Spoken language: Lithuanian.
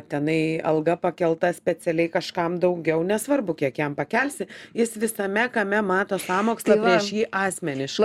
tenai alga pakelta specialiai kažkam daugiau nesvarbu kiek jam pakelsi jis visame kame mato sąmokslą prieš jį asmeniš